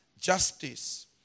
justice